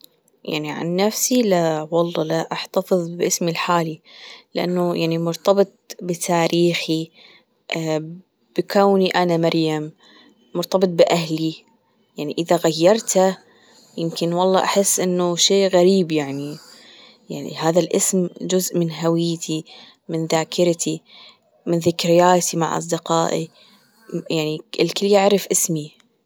يعني عن نفسي لا والله لا أحتفظ باسمي الحالي لأنه يعني مرتبط بتاريخي بكوني أنا مريم مرتبط بأهلي يعني إذا غيرته يمكن والله أحس إنه شيء غريب يعني يعني هذا الاسم جزء من هويتي من ذاكرتي من ذكرياتي مع أصدقائي يعني الكل يعرف اسمي.